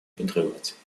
подрывать